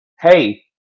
hey